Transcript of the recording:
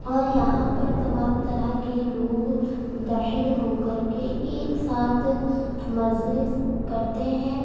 اور یہاں پر تمام طرح کے لوگ متحد ہو کر کے ایک ساتھ مزے کرتے ہیں